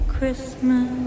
Christmas